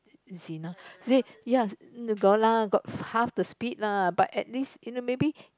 Jinna yeah got lah got the half of speed lah but at least in the maybe